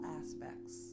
aspects